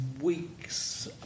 week's